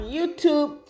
YouTube